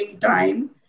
time